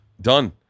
done